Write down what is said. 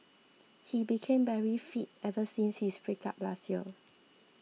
he became very fit ever since his breakup last year